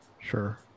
Sure